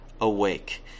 awake